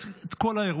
את כל האירוע.